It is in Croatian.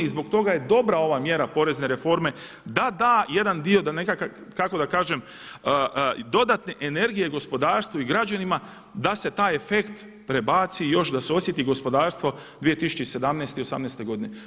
I zbog toga je dobra ova mjera porezne reforme da da jedan dio, kako da kažem dodatne energije gospodarstvu i građanima da se taj afekt prebaci i još da se osjeti gospodarstvo 2017. i 2018. godine.